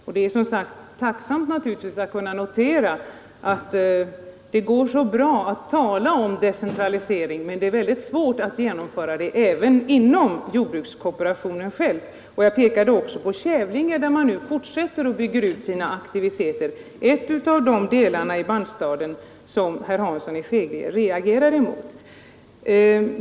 Och det är som sagt tacknämligt att kunna notera att det går så bra att tala om decentralisering, men att det är väldigt svårt att genomföra den även inom jordbrukskooperationen själv. Jag pekade också på Kävlinge där man nu fortsätter att bygga ut sina aktiviteter i en av delarna i bandstaden som herr Hansson i Skegrie reagerar mot.